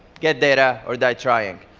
get data or die trying.